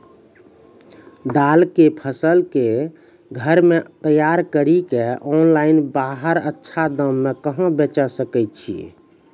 दाल के फसल के घर मे तैयार कड़ी के ऑनलाइन बाहर अच्छा दाम मे कहाँ बेचे सकय छियै?